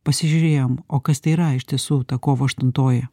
pasižiūrėjom o kas tai yra iš tiesų tą kovo aštuntoji